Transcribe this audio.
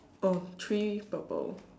oh three purple